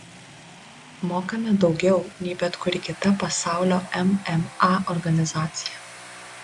mokame daugiau nei bet kuri kita pasaulio mma organizacija